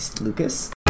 Lucas